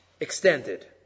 extended